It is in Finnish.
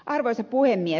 arvoisa puhemies